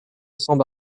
cents